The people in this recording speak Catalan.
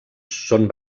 són